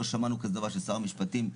לא שמענו כזה דבר ששר המשפטים,